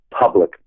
public